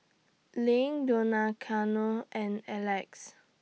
LINK Donaciano and Alex